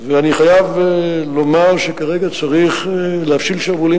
ועובדה שקיימת היא שאנחנו רואים ש"החברה לישראל"